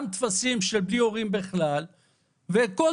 גם טפסים בלי הורים בכלל,